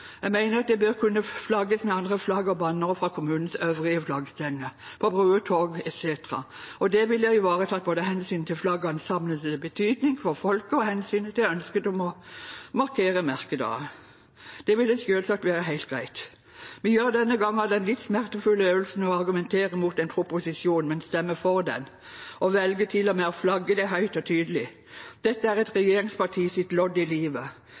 Jeg mener at det bør kunne flagges med andre flagg og bannere fra kommunenes øvrige flaggstenger, på bruer og torg etc. Det ville ivaretatt både hensynet til flaggenes samlende betydning for folk og hensynet til ønsket om å markere merkedager. Det ville selvsagt være helt greit. Vi gjør denne gangen den litt smertefulle øvelsen å argumentere mot en proposisjon, men stemme for den, og velger til og med å flagge det høyt og tydelig. Det er et regjeringspartis lodd i livet.